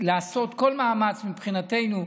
לעשות כל מאמץ מבחינתנו.